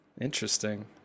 Interesting